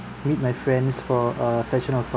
meet my friends for a session of